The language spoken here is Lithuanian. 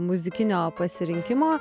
muzikinio pasirinkimo